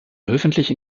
öffentliche